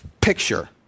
picture